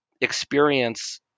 experience